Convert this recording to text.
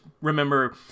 remember